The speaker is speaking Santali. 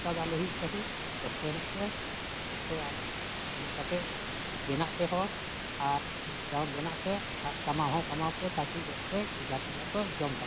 ᱚᱱᱠᱟ ᱫᱚ ᱟᱞᱚ ᱦᱩᱭᱩᱜ ᱛᱟᱠᱤ ᱵᱮᱥᱛᱮ ᱮᱱᱮᱡ ᱯᱮ ᱵᱮᱥᱛᱮ ᱟᱨ ᱮᱱᱮᱡ ᱠᱟᱛᱮᱫ ᱵᱮᱱᱟᱜ ᱯᱮ ᱦᱚᱲ ᱟᱨ ᱜᱤᱫᱽᱨᱟᱹ ᱦᱚᱸ ᱵᱮᱱᱟᱜ ᱯᱮ ᱟᱨ ᱠᱟᱢᱟᱣ ᱦᱚᱸ ᱠᱟᱢᱟᱣ ᱯᱮ ᱛᱟᱠᱤ ᱵᱮᱥᱛᱮ ᱜᱤᱫᱟᱹᱨ ᱯᱤᱫᱟᱹᱨ ᱠᱚ ᱡᱚᱢ ᱛᱟᱯᱮᱭᱟ